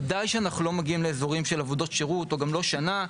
ודאי שאנחנו לא מגיעים לאזורים של עבודות שירות או גם לא שנה,